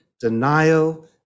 denial